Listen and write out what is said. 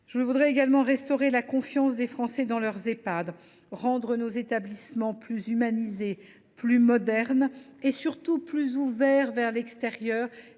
Je tiens également à restaurer la confiance des Français dans leurs Ehpad, à rendre nos établissements plus humanisés, plus modernes et, surtout, plus ouverts vers l’extérieur.